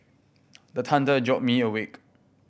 the thunder jolt me awake